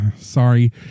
Sorry